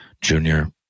Junior